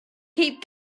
keep